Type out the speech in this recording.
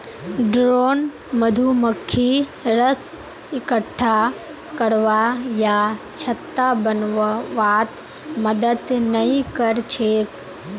drone मधुमक्खी रस इक्कठा करवा या छत्ता बनव्वात मदद नइ कर छेक